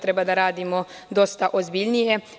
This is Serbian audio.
Treba da radimo dosta ozbiljnije.